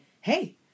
Hey